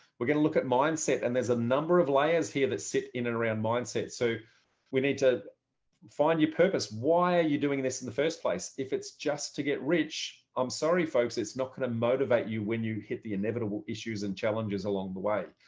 we're going to look at mindset and there's a number of layers here that sit in and around mindset. so we need to find your purpose. why are you doing this in the first place? if it's just to get rich, i'm sorry, folks. it's not going to motivate you when you hit the inevitable issues and challenges along the way.